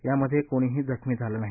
यामध्ये कोणीही जखमी झाले नाही